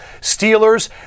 Steelers